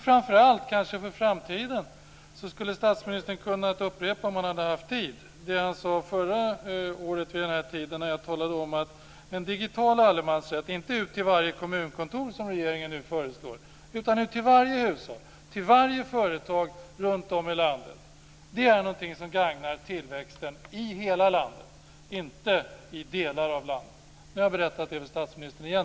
Framför allt för framtiden skulle statsministern ha kunnat upprepa, om han hade haft tid, det han sade förra året vid den här tiden när jag talade om att en digital allemansrätt, inte ute i varje kommunkontor som regeringen nu föreslår, utan i varje hushåll, i varje företag runt om i landet är någonting som gagnar tillväxten i hela landet, inte i delar av landet. Det har jag berättat för statsministern igen.